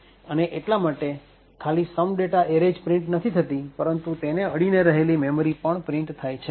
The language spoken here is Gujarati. અને એટલા માટે ખાલી some data એરે જ પ્રિન્ટ નથી થતી પરંતુ તેને અડીને રહેલી મેમરી પણ પ્રિન્ટ થાય છે